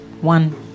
One